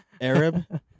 Arab